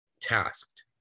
tasked